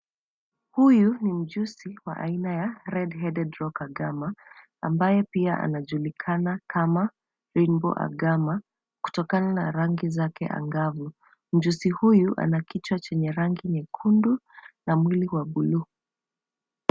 Huyu ni mjusi wa aina ya Red Headed rock agama ambaye pia anajulikana kama Rainbow agama kutokana na rangi zake angavu. Mjusi huyu anakichwa chenye rangi nyekundu na mwili wa bluu.